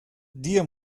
día